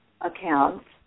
accounts